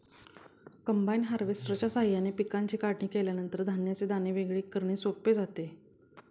combine हार्वेस्टरच्या साहाय्याने पिकांची काढणी केल्यानंतर धान्याचे दाणे वेगळे करणे सोपे जाते